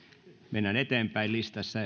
mennään eteenpäin listassa